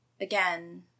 again